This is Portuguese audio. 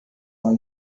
com